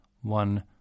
one